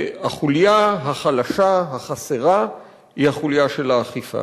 והחוליה החלשה, החסרה, היא החוליה של האכיפה.